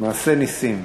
מעשה נסים.